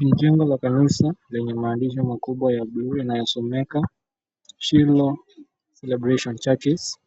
Ni jengo la kanisa lenye maandishi makubwa ya bluu yanayosomeka Shiloh Celebration Churches